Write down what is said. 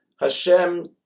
Hashem